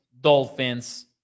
Dolphins